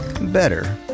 Better